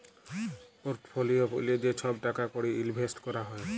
portfolio ব্যলে যে ছহব টাকা কড়ি ইলভেসট ক্যরা হ্যয়